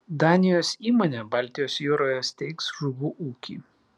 danijos įmonė baltijos jūroje steigs žuvų ūkį